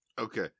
Okay